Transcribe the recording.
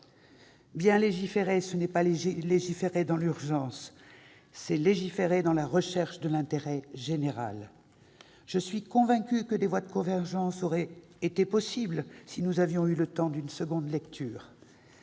Bien légiférer, ce n'est pas légiférer dans l'urgence, c'est légiférer dans la recherche de l'intérêt général. Je suis convaincue que des voies de convergence auraient été possibles si nous avions eu le temps d'une deuxième lecture.